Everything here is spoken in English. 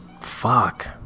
Fuck